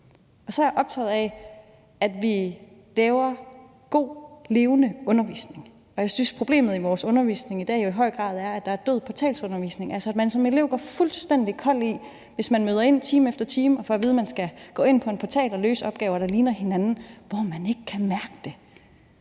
Jeg er også optaget af, at vi laver god, levende undervisning, og jeg synes, at problemet i vores undervisning i dag jo i høj grad er, at der foregår død portalundervisning, altså at man som elev går fuldstændig kold i det, hvis møder ind time efter time og får at vide, at man skal gå ind på en portal og løse opgaver, der ligner hinanden, og hvor man ikke kan mærke det.